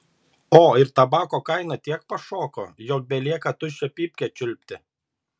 o ir tabako kaina tiek pašoko jog belieka tuščią pypkę čiulpti